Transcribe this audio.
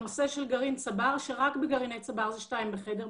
הנושא של גרעין צבר רק בגרעיני צבר יש 2 בחדר.